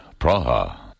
Praha